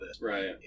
Right